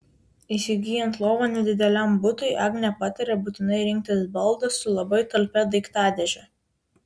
įsigyjant lovą nedideliam butui agnė pataria būtinai rinktis baldą su labai talpia daiktadėže